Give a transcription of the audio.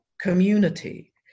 community